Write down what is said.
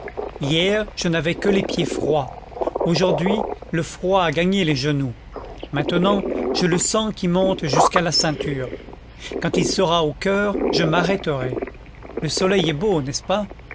hier je n'avais que les pieds froids aujourd'hui le froid a gagné les genoux maintenant je le sens qui monte jusqu'à la ceinture quand il sera au coeur je m'arrêterai le soleil est beau n'est-ce pas